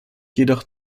jedoch